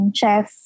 chef